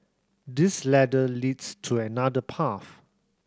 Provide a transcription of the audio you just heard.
this ladder leads to another path